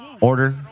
Order